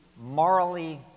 morally